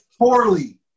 poorly